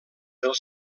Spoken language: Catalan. del